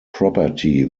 property